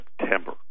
September